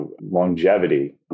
longevity